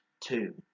two